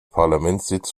parlamentssitz